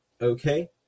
Okay